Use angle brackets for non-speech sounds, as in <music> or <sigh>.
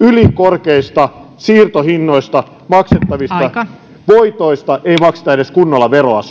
ylikorkeista siirtohinnoista maksettavista voitoista ei makseta edes kunnolla veroa <unintelligible>